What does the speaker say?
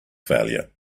failure